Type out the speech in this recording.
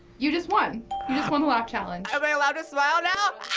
you just won. you just won the laugh challenge. am i allowed to smile now?